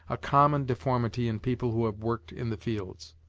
a common deformity in people who have worked in the fields.